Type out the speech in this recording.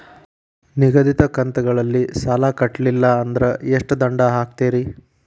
ನಿಗದಿತ ಕಂತ್ ಗಳಲ್ಲಿ ಸಾಲ ಕಟ್ಲಿಲ್ಲ ಅಂದ್ರ ಎಷ್ಟ ದಂಡ ಹಾಕ್ತೇರಿ?